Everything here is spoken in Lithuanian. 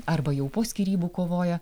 arba jau po skyrybų kovoja